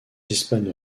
hispano